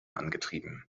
angetrieben